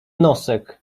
nosek